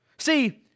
See